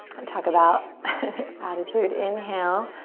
and talk about attitude. inhale.